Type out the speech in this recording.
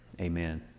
amen